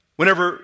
whenever